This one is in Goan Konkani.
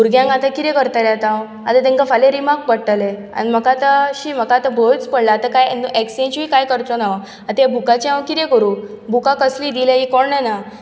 भुरग्यांक आतां कितें करतलें आतां हांव आतां तांकां फाल्यां रिमार्क पडटलें आनी म्हाका आतां म्हाका शी म्हाका भंयच पडला आतां कांय ए एक्सचेंजूय कांय करचो ना हांव आतां ह्या बुकाचें हांव कितें करूं बुकां कसलीं हीं दिल्या कोण जाणां